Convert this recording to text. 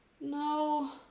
No